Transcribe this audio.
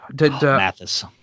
Mathis